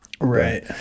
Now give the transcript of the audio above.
right